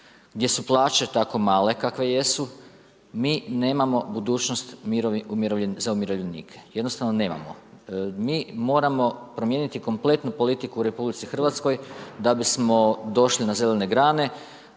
gdje su plaće tako male kakve jesu, mi nemamo budućnost za umirovljenike, jednostavno nemamo. Mi moramo promijeniti kompletnu politiku u RH da bismo došli na zelene grane,